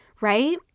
right